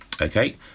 Okay